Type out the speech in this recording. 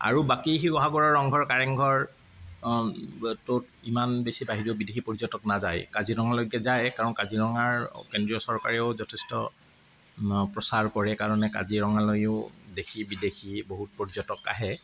আৰু বাকী শিৱসাগৰৰ ৰংঘৰ কাৰেঙ ঘৰ ইমান বেছি বাহিৰৰ বিদেশী পৰ্যটক নাযায় কাজিৰঙালৈকে যায় কাৰণ কাজিৰঙাৰ কেন্দ্ৰীয় চৰকাৰেও যথেষ্ট প্ৰচাৰ কৰে কাৰণে কাজিৰঙালৈয়ো দেশী বিদেশী বহুত পৰ্যটক আহে